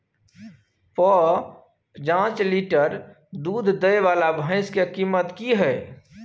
प जॉंच लीटर दूध दैय वाला भैंस के कीमत की हय?